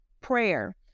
prayer